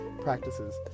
practices